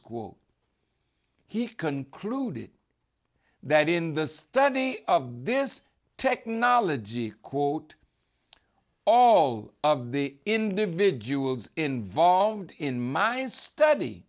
school he concluded that in the study of this technology quote all of the individuals involved in mine study